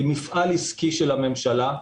היא מפעל עסקי של הממשלה.